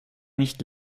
nicht